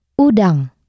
Udang